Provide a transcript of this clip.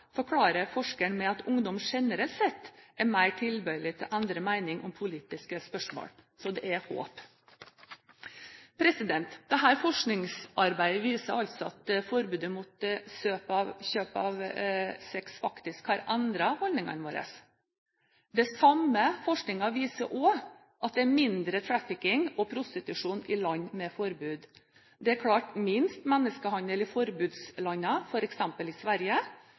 forklarer forskeren med at ungdom generelt sett er mer tilbøyelig til å endre mening om politiske spørsmål. Så det er håp! Dette forskningsarbeidet viser altså at forbudet mot kjøp av sex faktisk har endret holdningene våre. Den samme forskningen viser også at det er mindre trafficking og prostitusjon i land med forbud. Det er klart minst menneskehandel i forbudslandene, f.eks. i Sverige,